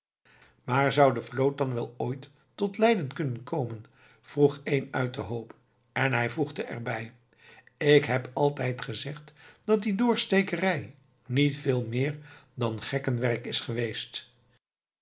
maar zou de vloot dan wel ooit tot leiden kunnen komen vroeg een uit den hoop en hij voegde er bij ik heb altijd gezegd dat die doorstekerij niet veel meer dan gekkenwerk is geweest